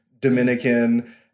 Dominican